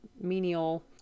menial